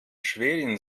schwerin